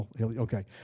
Okay